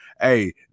Hey